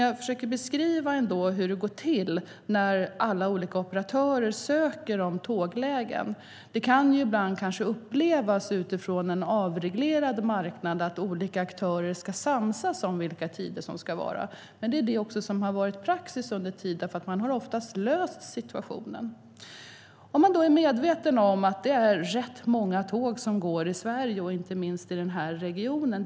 Jag försöker beskriva hur det går till när alla olika operatörer ansöker om tåglägen. Det kan utifrån en avreglerad marknad ibland kanske upplevas som att olika aktörer ska samsas om olika tider. Det har varit praxis över tid, och man har oftast löst detta. Man måste vara medveten om att det är rätt många tåg som går i Sverige, och inte minst i denna region.